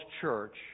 Church